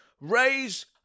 raise